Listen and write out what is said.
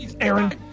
Aaron